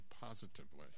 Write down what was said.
positively